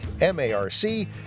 M-A-R-C